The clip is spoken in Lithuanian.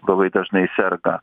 labai dažnai serga